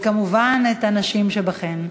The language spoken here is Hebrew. וכמובן את הנשים שביניכם.